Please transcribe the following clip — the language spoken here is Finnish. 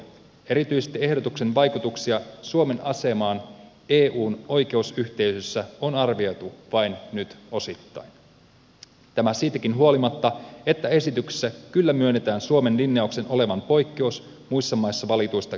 erityisesti ehdotuksen vaikutuksia suomen asemaan eun oikeusyhteisössä on arvioitu nyt vain osittain tämä siitäkin huolimatta että esityksessä kyllä myönnetään suomen linjauksen olevan poikkeus muissa maissa valittuihin käytänteisiin